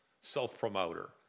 self-promoter